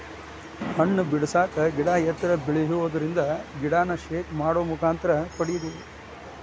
ಹಣ್ಣ ಬಿಡಸಾಕ ಗಿಡಾ ಎತ್ತರ ಬೆಳಿಯುದರಿಂದ ಗಿಡಾನ ಶೇಕ್ ಮಾಡು ಮುಖಾಂತರ ಪಡಿಯುದು